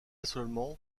seulement